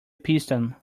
piston